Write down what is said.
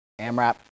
AMRAP